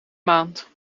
maand